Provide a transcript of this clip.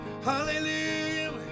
Hallelujah